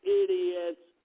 idiots